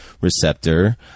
receptor